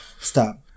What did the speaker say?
stop